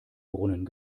brunnen